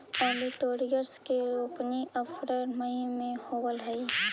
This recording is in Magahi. ओलिटोरियस के रोपनी अप्रेल मई में होवऽ हई